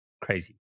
crazy